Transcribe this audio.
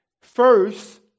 first